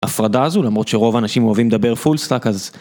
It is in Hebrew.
הפרדה הזו למרות שרוב האנשים אוהבים לדבר פול סטאק אז.